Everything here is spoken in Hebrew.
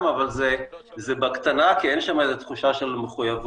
אבל זה בקטנה כי אין שם איזו תחושה של מחויבות.